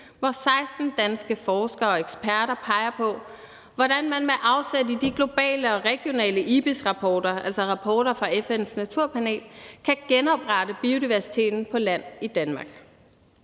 hvor 16 danske forskere og eksperter peger på, hvordan man med afsæt i de globale og regionale IPBES-rapporter, altså rapporter fra FN's naturpanel, kan genoprette biodiversiteten på land i Danmark.